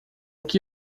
que